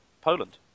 Poland